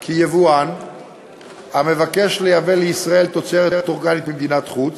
כי יבואן המבקש לייבא לישראל תוצרת אורגנית ממדינת חוץ,